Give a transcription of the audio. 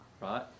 right